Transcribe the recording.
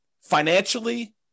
financially